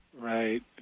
Right